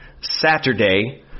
Saturday